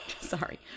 Sorry